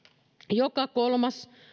joka kolmas